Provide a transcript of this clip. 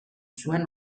zuen